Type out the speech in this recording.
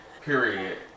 Period